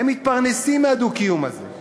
הם מתפרנסים מהדו-קיום הזה.